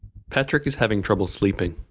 patrick is having trouble sleeping.